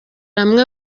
amwe